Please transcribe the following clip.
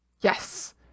Yes